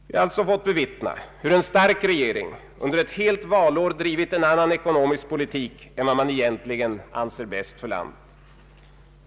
Vi har alltså fått bevittna hur en stark regering under ett helt valår drivit en annan ekonomisk politik än vad den egentligen anser bäst för landet.